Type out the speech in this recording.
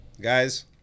Guys